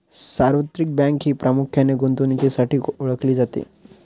सार्वत्रिक बँक ही प्रामुख्याने गुंतवणुकीसाठीही ओळखली जाते